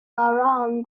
bahram